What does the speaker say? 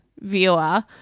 viewer